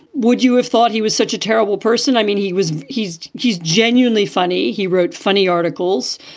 would you have thought he was such a terrible person? i mean, he was he's he's genuinely funny. he wrote funny articles.